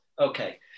Okay